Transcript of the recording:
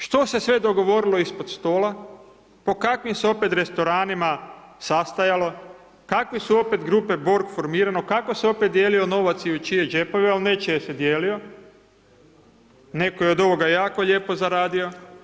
Što se sve dogovorilo ispod stola, po kakvim se opet restoranima sastajalo, kakve su opet grupe borg formirano, kako se opet dijelio novac i u čije džepove a u nečije se dijelio, netko je od ovoga jako lijepo zaradio.